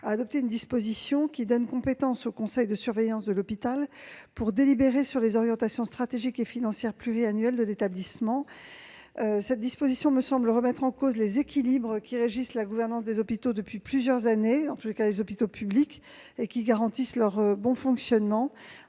sociales du Sénat, donne compétence au conseil de surveillance de l'hôpital pour délibérer sur les orientations stratégiques et financières pluriannuelles de l'établissement. Cette disposition me semble remettre en cause les équilibres qui régissent la gouvernance des hôpitaux publics depuis plusieurs années et garantissent leur bon fonctionnement.